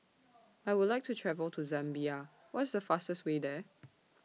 I Would like to travel to Zambia What IS The fastest Way There